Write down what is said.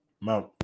Mount